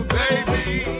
baby